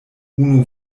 unu